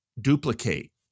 duplicate